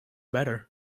better